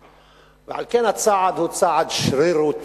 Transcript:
כלשהי, ועל כן הצעד הוא צעד שרירותי.